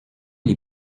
les